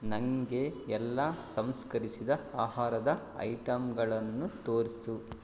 ನನಗೆ ಎಲ್ಲ ಸಂಸ್ಕರಿಸಿದ ಆಹಾರದ ಐಟಂಗಳನ್ನು ತೋರಿಸು